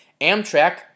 Amtrak